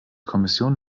kommission